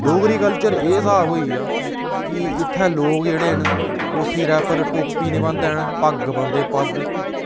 Dogri culture एह् स्हाब होई गेआ कि इत्थें लोक जेह्ड़े न ओह् सिरै पर टोपी नी पांदे हैन पग्ग बनदे पग्ग